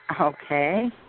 Okay